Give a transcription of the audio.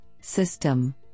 System